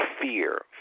fear